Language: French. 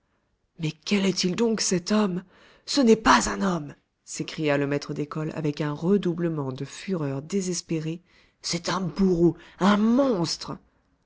mais quel est-il donc cet homme ce n'est pas un homme s'écria le maître d'école avec un redoublement de fureur désespérée c'est un bourreau un monstre